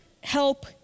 help